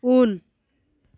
उन